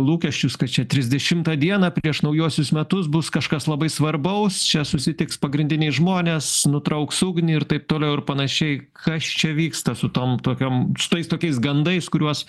lūkesčius kad čia trisdešimtą dieną prieš naujuosius metus bus kažkas labai svarbaus čia susitiks pagrindiniai žmonės nutrauks ugnį ir taip toliau ir panašiai kas čia vyksta su tom tokiom su tais tokiais gandais kuriuos